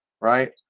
right